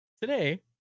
today